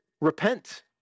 repent